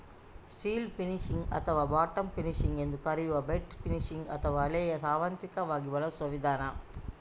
still fishing ಅಥವಾ bottom fishing ಎಂದೂ ಕರೆಯುವ ಬೆಟ್ ಫಿಶಿಂಗ್ ಅತ್ಯಂತ ಹಳೆಯ ಸಾರ್ವತ್ರಿಕವಾಗಿ ಬಳಸುವ ವಿಧಾನ